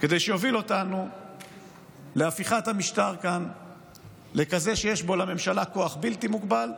כדי שיוביל אותנו להפיכת המשטר כאן לכזה שבו יש לממשלה כוח בלתי מוגבל,